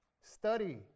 Study